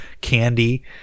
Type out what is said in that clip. candy